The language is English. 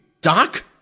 Doc